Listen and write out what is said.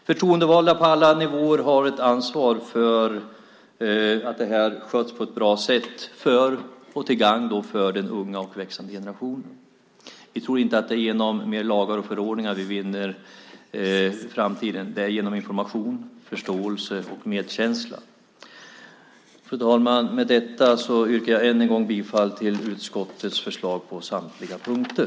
Förtroendevalda på alla nivåer har ett ansvar för att detta sköts på ett bra sätt till gagn för den unga, växande generationen. Vi tror inte att vi genom fler lagar och förordningar vinner framtiden. Det gör vi genom information, förståelse och medkänsla. Fru talman! Med detta yrkar jag än en gång bifall till utskottets förslag under samtliga punkter.